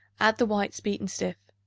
add the whites beaten stiff.